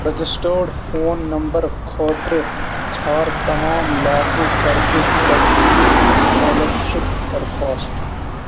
registered phone number خٲطرٕ ژھانڈ تمام لاگو کردٕ تجدیٖد سکالرشِپ درخواستہٕ